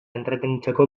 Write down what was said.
entretenitzeko